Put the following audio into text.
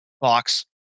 box